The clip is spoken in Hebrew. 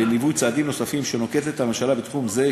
בליווי צעדים נוספים שנוקטת הממשלה בתחום זה,